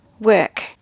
work